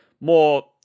more